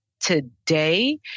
today